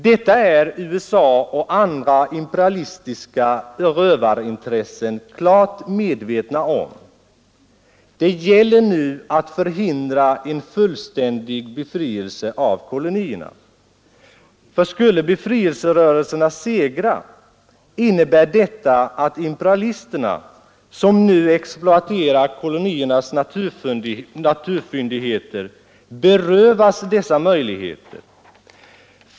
Detta är USA och andra imperialistiska rövarintressen klart medvetna om. Det gäller nu att förhindra en fullständig befrielse av kolonierna. Skulle befrielserörelserna segra innebär detta att imperialisterna, som nu exploaterar koloniernas naturfyndigheter, berövas dessa möjligheter.